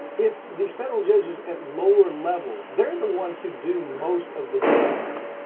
if these federal judges at lower levels. they're the ones who do most of the damage.